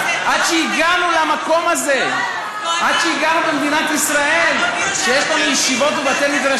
כי יש לו הכנסות.